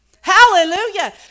Hallelujah